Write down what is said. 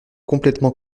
complètement